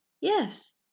Yes